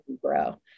grow